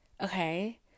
Okay